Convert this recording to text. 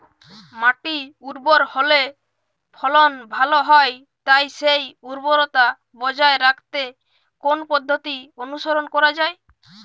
মাটি উর্বর হলে ফলন ভালো হয় তাই সেই উর্বরতা বজায় রাখতে কোন পদ্ধতি অনুসরণ করা যায়?